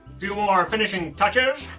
few more finishing touches.